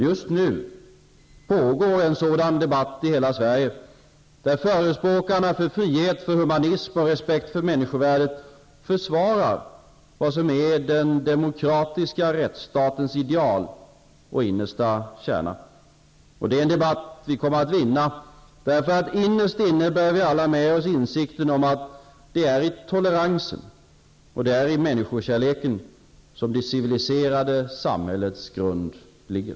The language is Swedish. Just nu pågår en sådan debatt i hela Sverige, där förespråkarna för frihet, humanism och respekt för människovärdet försvarar vad som är den demokratiska rättsstatens ideal och innersta kärna. Och det är en debatt som vi kommer att vinna, därför att innerst inne bär vi alla med oss insikten om att det är i toleransen och i människokärleken som det civiliserade samhällets grund ligger.